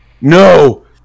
no